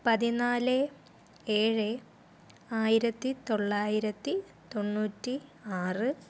പതിനാല് ഏഴ് ആയിരത്തി തൊള്ളായിരത്തി തൊണ്ണൂറ്റി ആറ്